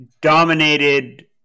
dominated